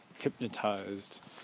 hypnotized